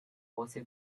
also